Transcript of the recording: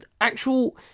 actual